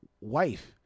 wife